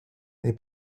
they